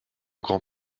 grand